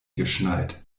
geschneit